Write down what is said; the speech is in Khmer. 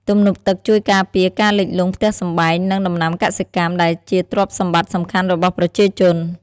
ទំនប់ទឹកជួយការពារការលិចលង់ផ្ទះសម្បែង និងដំណាំកសិកម្ម ដែលជាទ្រព្យសម្បត្តិសំខាន់របស់ប្រជាជន។